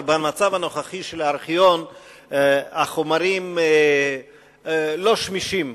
אבל במצב הנוכחי של הארכיון החומרים לא שמישים,